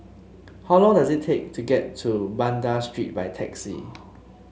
how long does it take to get to Banda Street by taxi